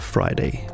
Friday